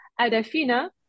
Adafina